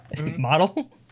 model